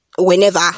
whenever